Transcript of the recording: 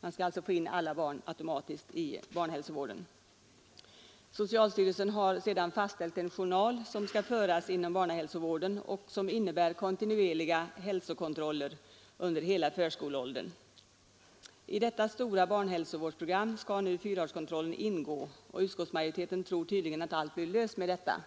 Alla barn skall alltså automatiskt komma in i 81 Nr 60 barnhälsovården. Socialstyrelsen har sedan fastställt en journal som skall föras inom barnhälsovården och som innebär kontinuerliga hälsokontrol Onsdagen den " 4 april 1973 ler under hela förskoleåldern. —— I detta stora barnhälsovårdsprogram skall nu fyraårskontrollen ingå, Sjukvården och utskottsmajoriteten tror tydligen att allt blir löst med detta.